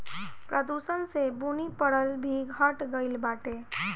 प्रदूषण से बुनी परल भी घट गइल बाटे